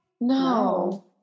No